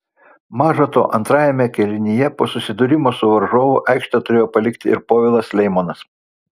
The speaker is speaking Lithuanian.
maža to antrajame kėlinyje po susidūrimo su varžovu aikštę turėjo palikti ir povilas leimonas